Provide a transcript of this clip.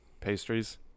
pastries